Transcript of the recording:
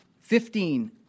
Fifteen